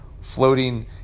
floating